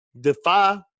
defy